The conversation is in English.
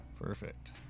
Perfect